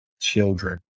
children